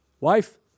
Wife